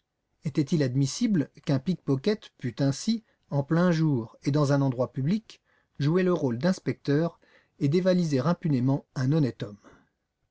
était-il admissible qu'un pickpocket pût ainsi en plein jour et dans un endroit public jouer le rôle d'inspecteur et dévaliser impunément un honnête homme